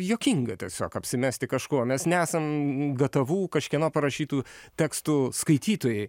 juokinga tiesiog apsimesti kažkuo mes nesam gatavų kažkieno parašytų tekstų skaitytojai